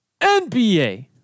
NBA